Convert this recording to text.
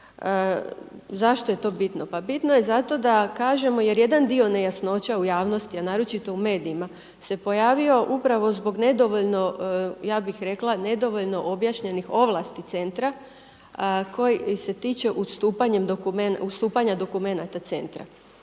Zašto je to bitno? Pa bitno je zato da kažemo jer jedan dio nejasnoća u javnosti, a naročito u medijima se pojavio upravo zbog nedovoljno ja bih rekla nedovoljno objašnjenih ovlasti centra koji se tiče ustupanja dokumenata centra.